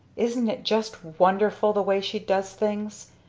isn't it just wonderful the way she does things!